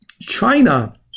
China